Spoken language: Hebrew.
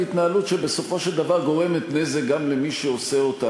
בהתנהלות שבסופו של דבר גורמת נזק גם למי שעושה אותה,